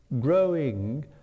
growing